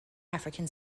african